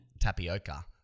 Tapioca